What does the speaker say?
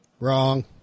Wrong